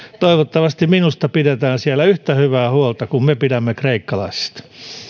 toivottavasti minusta pidetään siellä yhtä hyvää huolta kuin me pidämme kreikkalaisista